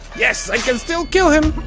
yes! i can still kill him!